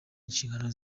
inshingano